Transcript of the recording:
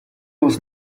was